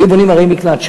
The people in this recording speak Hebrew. היו בונים ערי מקלט,